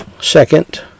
Second